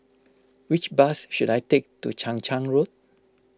which bus should I take to Chang Charn Road